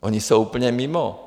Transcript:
Oni jsou úplně mimo.